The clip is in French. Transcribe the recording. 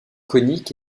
conique